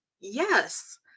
Yes